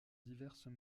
diverses